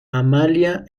amalia